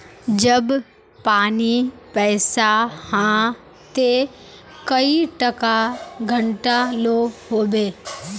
जब पानी पैसा हाँ ते कई टका घंटा लो होबे?